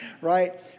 right